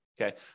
okay